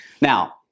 Now